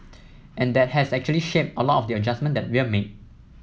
and that has actually shaped a lot of the adjustments that we've made